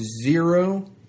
zero